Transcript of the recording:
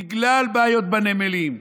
בגלל בעיות בנמלים,